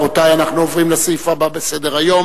רבותי, אנחנו עוברים לסעיף הבא בסדר-היום,